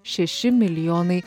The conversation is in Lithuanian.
šeši milijonai